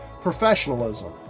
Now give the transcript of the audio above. Professionalism